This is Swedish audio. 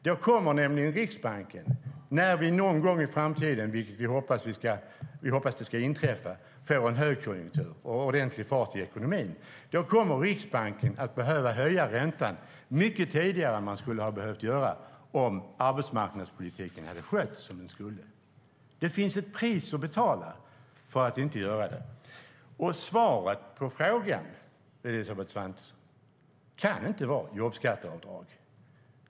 Då kommer nämligen Riksbanken, när vi någon gång i framtiden får en högkonjunktur och ordentlig fart i ekonomin, vilket vi hoppas ska inträffa, att behöva höja räntan mycket tidigare än man skulle ha behövt göra om arbetsmarknadspolitiken hade skötts som den skulle. Det finns ett pris att betala för att inte göra det. Svaret på frågan, Elisabeth Svantesson, kan inte vara jobbskatteavdrag.